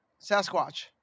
Sasquatch